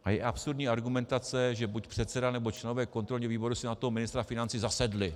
A je absurdní argumentace, že buď předseda, nebo členové kontrolního výboru si na toho ministra financí zasedli.